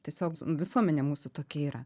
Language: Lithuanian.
tiesiog visuomenė mūsų tokia yra